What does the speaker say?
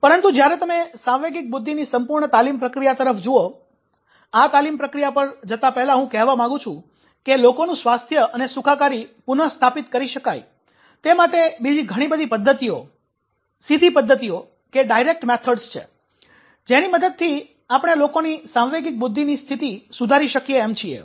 પરંતુ જ્યારે તમે સાંવેગિક બુદ્ધિની સંપૂર્ણ તાલીમ પ્રક્રિયા તરફ જુઓ આ તાલીમ પ્રક્રિયા પર જતા પહેલાં હું કહેવા માંગુ છુ કે લોકોનુ સ્વાસ્થ્ય અને સુખાકારી પુનસ્થાપિત કરી શકાય તે માટે બીજી ઘણી સીધી પદ્ધતિઓ છે જેની મદદથી આપણે લોકોની સાંવેગિક બુદ્ધિની સ્થિતિ સુધારી શકીએ એમ છીએ